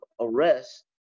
arrest